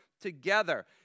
together